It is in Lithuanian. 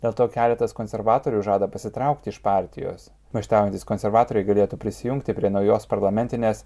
dėl to keletas konservatorių žada pasitraukti iš partijos maištaujantys konservatoriai galėtų prisijungti prie naujos parlamentinės